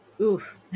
Oof